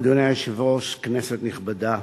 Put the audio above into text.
אדוני היושב-ראש, כנסת נכבדה,